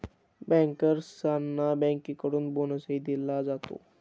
बँकर्सना बँकेकडून बोनसही दिला जातो